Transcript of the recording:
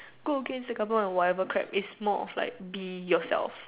go against the government or whatever crap it's more of like being yourself